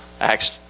Acts